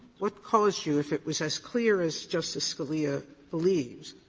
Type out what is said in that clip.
what caused you if it was as clear as justice scalia believes,